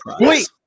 Wait